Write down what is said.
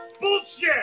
bullshit